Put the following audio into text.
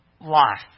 life